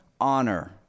honor